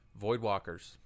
Voidwalkers